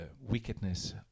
wickedness